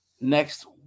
next